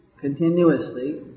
continuously